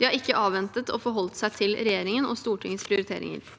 De har ikke avventet og forholdt seg til regjeringens og Stortingets prioriteringer.